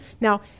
Now